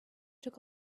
took